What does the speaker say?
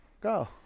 Go